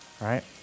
right